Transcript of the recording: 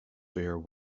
bear